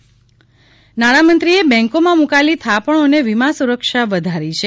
bank વીમા નાણામંત્રીએ બેન્કોમાં મૂકાયેલી થાપણોને વીમા સુરક્ષા વધારી છે